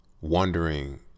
wondering